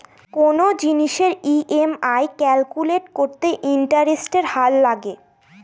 কোনো জিনিসের EMI calculate করতে ইন্টারেস্টের হার লাগে